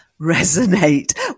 resonate